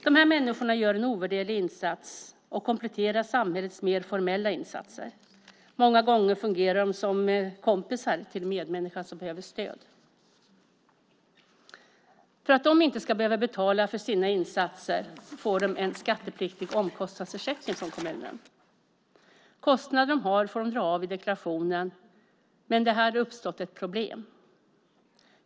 Dessa människor gör en ovärderlig insats och kompletterar samhällets mer formella insatser. Många gånger fungerar de som kompisar till en medmänniska som behöver stöd. För att de inte ska behöva betala för sina insatser får de en skattepliktig omkostnadsersättning från kommunen. Kostnaderna de har får de dra av i deklarationen, men det är här det har uppstått ett problem.